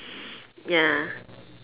ya